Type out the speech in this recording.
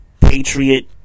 Patriot